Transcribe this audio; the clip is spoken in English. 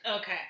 Okay